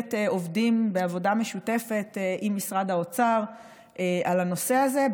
בהחלט עובדים בעבודה משותפת עם משרד האוצר על הנושא הזה.